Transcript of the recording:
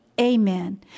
Amen